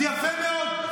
זה יפה מאוד.